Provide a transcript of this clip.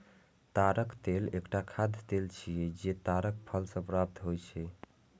ताड़क तेल एकटा खाद्य तेल छियै, जे ताड़क फल सं प्राप्त होइ छै